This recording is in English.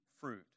fruit